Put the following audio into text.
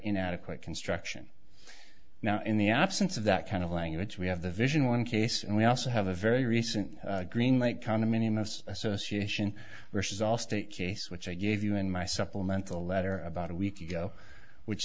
inadequate construction now in the absence of that kind of language we have the vision one case and we also have a very recent green light condominium of association which is all state case which i gave you in my supplemental letter about a week ago which